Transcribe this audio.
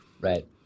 Right